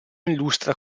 illustra